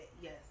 Yes